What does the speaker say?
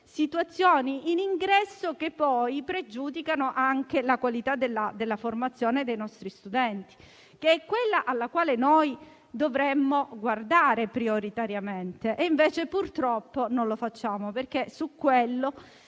situazioni in ingresso che pregiudicano anche la qualità della formazione dei nostri studenti, che è l'aspetto al quale dovremmo guardare prioritariamente. Invece, purtroppo, non lo facciamo perché su quello